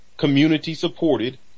community-supported